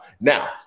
Now